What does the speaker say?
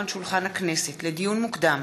על שולחן הכנסת לדיון מוקדם: